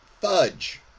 fudge